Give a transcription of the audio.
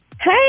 Hey